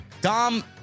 Dom